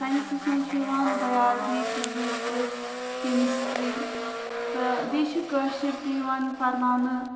sciences منٛز چھِ یِوان بَیالجی فِزِکٕس کیمِسٹِرٛی تہٕ بیٚیہِ چھِ کٲشِر تہِ یِوان پَرناونہٕ